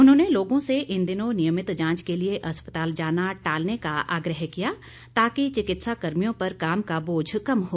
उन्होंने लोगों से इन दिनों नियमित जांच के लिए अस्पताल जाना टालने का आग्रह किया ताकि चिकित्सा कर्मियों पर काम का बोझ कम हो